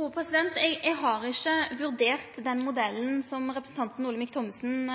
Eg har ikkje vurdert den modellen som representanten Olemic Thommessen